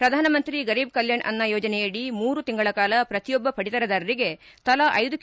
ಪ್ರಧಾನ ಮಂತ್ರಿ ಗರೀಬ್ ಕಲ್ಕಾಣ್ ಅನ್ನ ಯೋಜನೆಯಡಿ ಮೂರು ತಿಂಗಳ ಕಾಲ ಪ್ರತಿಯೊಬ್ಬ ಪಡಿತರದಾರರಿಗೆ ತಲಾ ಐದು ಕೆ